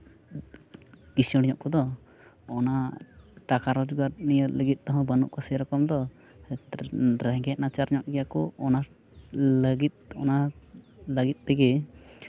ᱠᱤᱥᱟᱹᱬ ᱧᱚᱜ ᱠᱚᱫᱚ ᱚᱱᱟ ᱴᱟᱠᱟ ᱨᱳᱡᱽᱜᱟᱨ ᱱᱤᱭᱮ ᱞᱟᱹᱜᱤᱫ ᱛᱮᱦᱚᱸ ᱵᱟᱹᱱᱩᱜ ᱠᱚᱣᱟ ᱥᱮᱨᱚᱠᱚᱢ ᱫᱚ ᱨᱮᱸᱜᱮᱡ ᱱᱟᱪᱟᱨ ᱧᱚᱜ ᱜᱮᱭᱟ ᱠᱚ ᱚᱱᱟ ᱞᱟᱹᱜᱤᱫ ᱚᱱᱟ ᱞᱟᱹᱜᱤᱫ ᱛᱮᱜᱮ